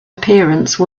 appearance